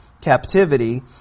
captivity